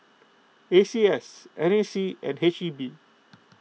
A C S N A C and H E B